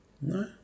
No